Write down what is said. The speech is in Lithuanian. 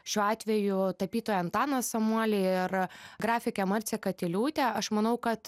šiuo atveju tapytoją antaną samuolį ir grafikę marcę katiliūtę aš manau kad